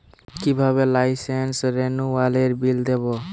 কিভাবে লাইসেন্স রেনুয়ালের বিল দেবো?